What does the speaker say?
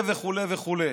וכו' וכו'